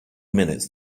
minutes